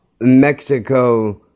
Mexico